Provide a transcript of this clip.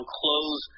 close